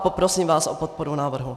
Poprosím vás o podporu návrhu.